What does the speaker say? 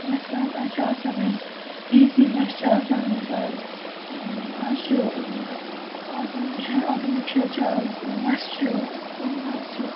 مَثلاً آز چھِ آسان اَسہِ اے سی بَسہٕ چھِ آسان اَسہِ آز آز چھُ مطلب آٹوٗ چھِ آٹوٗ رِکشا چھِ آز بَسہٕ چھِ سومو حظ چھِ